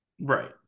Right